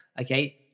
okay